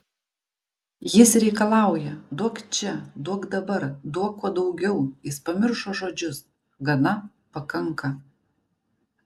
jis reikalauja duok čia duok dabar duok kuo daugiau jis pamiršo žodžius gana pakanka